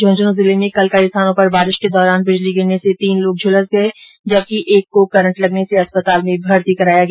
झुंझनू जिले में कल कई स्थानों पर बारिश के दौरान बिजली गिरने से तीन लोग झुलस गए जबकि एक को करंट लगने से अस्पताल में भर्ती कराया गया